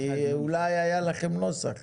אולי אם היה לכם נוסח.